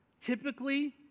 Typically